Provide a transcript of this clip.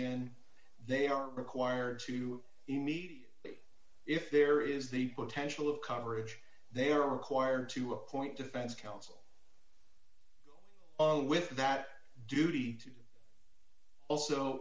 in they are required to immediately if there is the potential of coverage they are required to appoint defense counsel with that duty